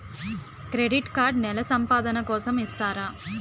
Credit card నెల సంపాదన కోసం ఇస్తారా?